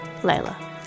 Layla